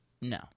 No